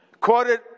quoted